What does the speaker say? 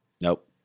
nope